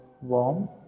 warm